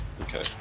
Okay